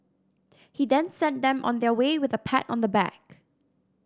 he then sent them on their way with a pat on the back